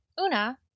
Una